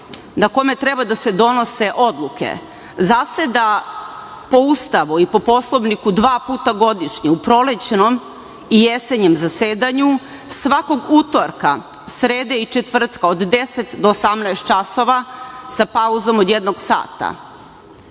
na kome treba da se donose odluke, zaseda po Ustavu i po Poslovniku dva puta godišnje, u prolećnom i jesenjem zasedanju, svakog utorka, srede i četvrtka od 10 do 18 časova, sa pauzom od jednog sata.